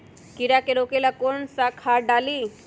कीड़ा के रोक ला कौन सा खाद्य डाली?